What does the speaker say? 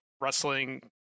Wrestling